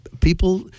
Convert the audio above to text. people